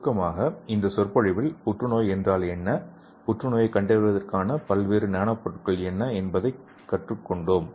எனவே சுருக்கமாக இந்த சொற்பொழிவில் புற்றுநோய் என்றால் என்ன புற்றுநோயைக் கண்டறிவதற்கான பல்வேறு நானோ பொருட்கள் என்ன என்பதைக் கற்றுக்கொண்டோம்